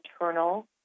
internal